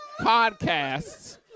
podcasts